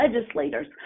legislators